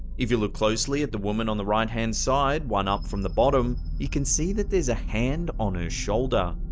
if you look closely at the woman on the right hand side, one up from the bottom, you can see that there's a hand on her shoulder.